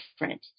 different